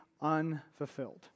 unfulfilled